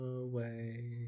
away